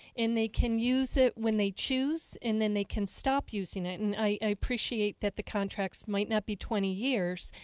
and they can use it when they choose and they can stop using it. and i appreciate that the contracts might not be twenty years,